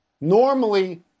Normally